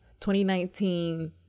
2019